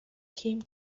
came